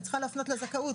אני צריכה להפנות לזכאות,